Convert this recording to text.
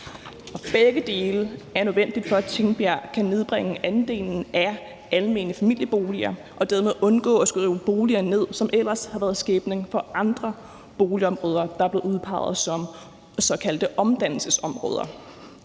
Begge dele er nødvendigt for, at Tingbjerg kan nedbringe andelen af almene familieboliger og dermed undgå at skulle rive boliger ned, som ellers har været skæbnen for andre boligområder, som er blevet udpeget som såkaldte omdannelsesområder.